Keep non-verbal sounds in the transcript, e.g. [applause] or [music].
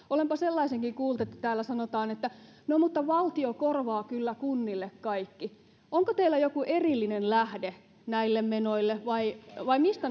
[unintelligible] olenpa sellaisenkin kuullut että täällä sanotaan että no mutta valtio korvaa kyllä kunnille kaikki onko teillä joku erillinen lähde näille menoille vai vai mistä [unintelligible]